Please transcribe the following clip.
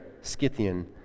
Scythian